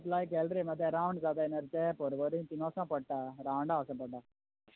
apply केलां रे मात तें आतां रावंड जाताय न्हय रे ते परवरी तिंगा वचों पडटा रावंडा वचों पडटा